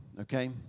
Okay